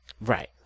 Right